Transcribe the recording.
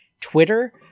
Twitter